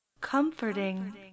comforting